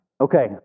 Okay